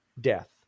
death